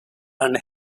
and